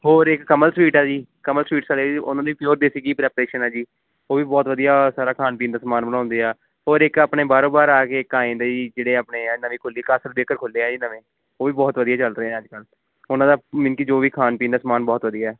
ਹੋਰ ਇੱਕ ਕਮਲ ਸਵੀਟ ਆ ਜੀ ਕਮਲ ਸਵੀਟਸ ਵਾਲੇ ਵੀ ਉਹਨਾ ਦੇ ਵੀ ਪਿਓਰ ਦੇਸੀ ਘੀ ਪਰੈਪਰੇਸ਼ਨ ਹੈ ਜੀ ਉਹ ਵੀ ਬਹੁਤ ਵਧੀਆ ਸਾਰਾ ਖਾਣ ਪੀਣ ਦਾ ਸਮਾਨ ਬਣਾਉਦੇ ਆ ਹੋਰ ਇੱਕ ਆਪਣੇ ਬਾਹਰੋ ਬਾਹਰ ਆ ਕੇ ਇੱਕ ਆ ਜਾਂਦੇ ਆ ਜੀ ਜਿਹੜੇ ਆਪਣੇ ਹੈ ਨਵੀਂ ਖੁੱਲੀ ਕਾਸਰ ਬੇਕਰ ਖੁੱਲਿਆ ਜੀ ਨਵੇਂ ਉਹ ਵੀ ਬਹੁਤ ਵਧੀਆ ਚੱਲ ਰਿਹਾ ਅੱਜ ਕੱਲ੍ਹ ਉਹਨਾ ਦਾ ਮੀਨ ਕਿ ਜੋ ਵੀ ਖਾਣ ਪੀਣ ਦਾ ਸਮਾਨ ਬਹੁਤ ਵਧੀਆ